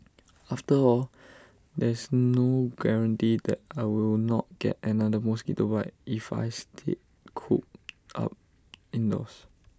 after all there's no guarantee that I will not get another mosquito bite if I stay cooped up indoors